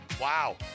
wow